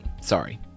sorry